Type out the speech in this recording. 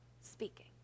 speaking